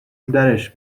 درش